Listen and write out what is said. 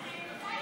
השעה),